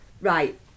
Right